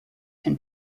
can